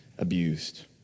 Abused